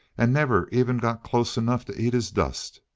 and never even got close enough to eat his dust.